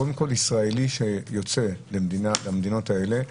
קודם כל, ישראלי שיוצא למדינות האלה,